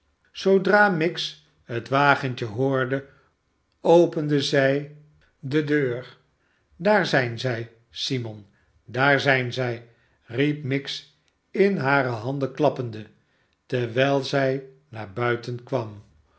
zoodra miggs het wagentje hoorde opende zij deur tdaar zijn zij simon daar zijn zij riep miggs in hare handen klappende terwijl zij naar buiten kwam